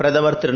பிரதமர் திரு